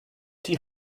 die